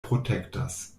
protektas